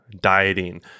dieting